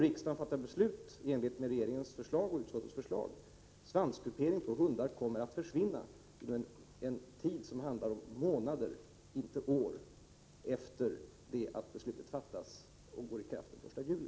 Om riksdagen fattar beslut i enlighet med regeringens och utskottets förslag, innebär det att svanskuperingen på hundar kommer att försvinna. Det handlar alltså om månader, inte om år, efter det att beslut har fattats — lagen träder i kraft den 1 juli.